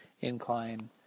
incline